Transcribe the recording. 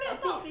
a bit